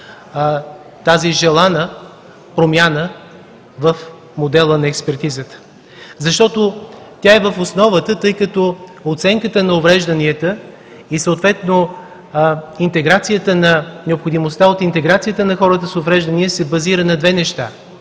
тази желана промяна в модела на експертизата. Тя е в основата, тъй като оценката на уврежданията и необходимостта от интеграцията на хората с увреждания се базира на две неща